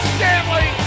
Stanley